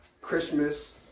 Christmas